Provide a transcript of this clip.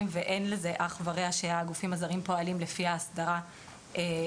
ואין לזה אח ורע שהגופים הזרים פועלים לפי ההסדרה הזרה.